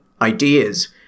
ideas